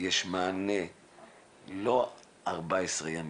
יש מענה לא תוך 14 ימים,